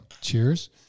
cheers